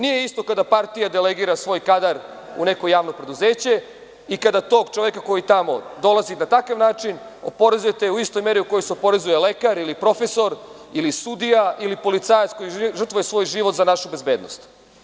Nije isto kada partija delegira svoj kadar u neko javno preduzeće i kada tog čoveka koji tamo dolazi na takav način oporezujete u istoj meri u kojoj se oporezuju lekar ili profesor, ili sudija, ili policajac koji žrtvuje svoj život za našu bezbednost.